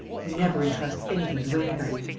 he never entrusts anything to anybody.